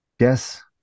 Yes